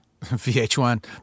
VH1